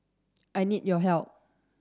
I need your help